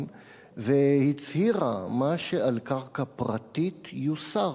והצהירה: מה שעל קרקע פרטית יוסר.